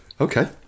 okay